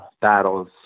battles